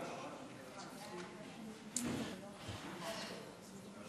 חוק הסיוע המשפטי (תיקון מס'